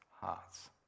hearts